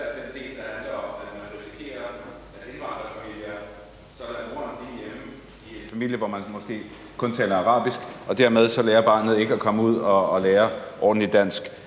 her. Især den del, der handler om, at man risikerer, at indvandrerfamilier så lader moren blive hjemme i en familie, hvor man måske kun taler arabisk, og dermed lærer barnet ikke at komme ud og lære ordentlig dansk.